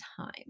time